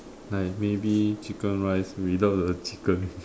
like maybe chicken rice without the chicken